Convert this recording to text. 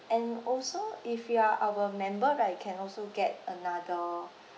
and also if you are our member right you can also get another